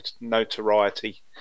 notoriety